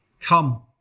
Come